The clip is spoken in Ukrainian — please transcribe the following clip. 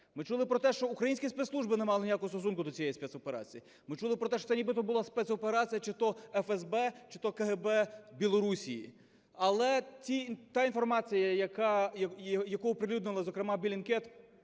Ми чули про те, що українські спецслужби не мали ніякого стосунку до цієї спецоперації. Ми чули про те, що це нібито була спецоперація чи то ФСБ, чи то КГБ Білорусі. Але та інформація, яку оприлюднила, зокрема, Bеllingcat,